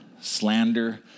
slander